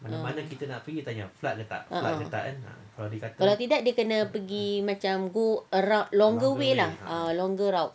a'ah kalau tidak dia kena pergi macam go arou~ longer way lah longer route